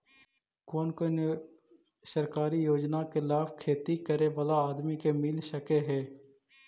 कोन कोन सरकारी योजना के लाभ खेती करे बाला आदमी के मिल सके हे?